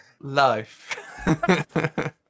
life